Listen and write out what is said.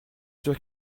sûr